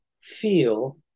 feel